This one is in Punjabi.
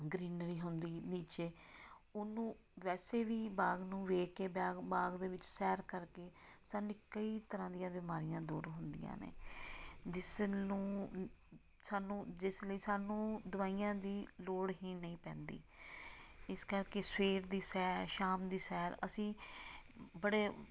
ਗਰੀਨਰੀ ਹੁੰਦੀ ਨੀਚੇ ਉਹਨੂੰ ਵੈਸੇ ਵੀ ਬਾਗ ਨੂੰ ਵੇਖ ਕੇ ਬੈਗ ਬਾਗ ਦੇ ਵਿੱਚ ਸੈਰ ਕਰਕੇ ਸਾਨੂੰ ਕਈ ਤਰ੍ਹਾਂ ਦੀਆਂ ਬਿਮਾਰੀਆਂ ਦੂਰ ਹੁੰਦੀਆਂ ਨੇ ਜਿਸ ਨੂੰ ਸਾਨੂੰ ਜਿਸ ਲਈ ਸਾਨੂੰ ਦਵਾਈਆਂ ਦੀ ਲੋੜ ਹੀ ਨਹੀਂ ਪੈਂਦੀ ਇਸ ਕਰਕੇ ਸਵੇਰ ਦੀ ਸੈਰ ਸ਼ਾਮ ਦੀ ਸੈਰ ਅਸੀਂ ਬੜੇ